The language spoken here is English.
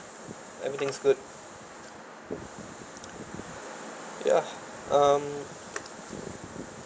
everything's good ya um